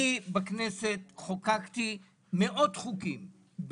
אני בכנסת חוקקתי מאות חוקים,